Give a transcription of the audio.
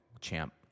champ